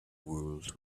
world